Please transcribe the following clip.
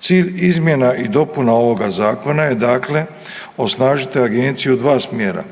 Cilj izmjena i dopuna ovoga zakona je dakle osnažiti agenciju u dva smjera.